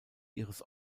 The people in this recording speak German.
ihres